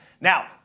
now